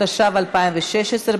התשע"ו 2016,